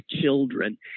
children